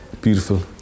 beautiful